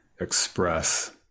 express